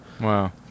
wow